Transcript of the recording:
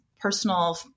personal